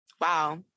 wow